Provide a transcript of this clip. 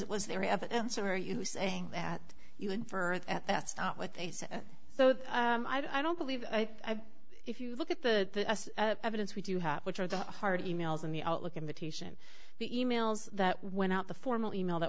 it was their evidence or are you saying that you infer that that's not what they said so i don't believe i if you look at the evidence we do hop which are the heart emails and the outlook invitation the emails that went out the formal e mail that